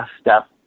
step